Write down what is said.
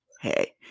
hey